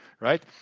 right